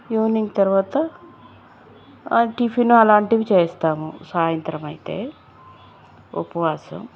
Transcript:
evening తరువాత ఆ tiffin అలాంటివి చేస్తాము సాయంత్రమైతే ఉపవాసం